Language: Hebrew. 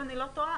אם אני לא טועה,